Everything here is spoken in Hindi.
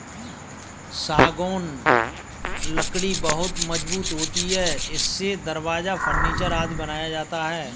सागौन लकड़ी बहुत मजबूत होती है इससे दरवाजा, फर्नीचर आदि बनाया जाता है